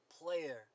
player